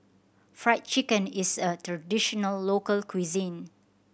Fried Chicken is a traditional local cuisine